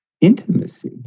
intimacy